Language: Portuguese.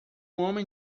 homem